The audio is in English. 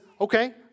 okay